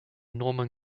norman